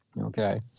Okay